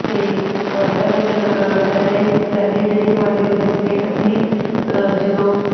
ਅਤੇ ਪਹਿਲੇ ਜਨ ਪਹਿਲੇ ਪਹਿਲੇ ਜਿਹੜੇ ਜ਼ਮਾਨੇ ਹੁੰਦੇ ਸੀਗੇ ਅਸੀਂ ਜਦੋਂ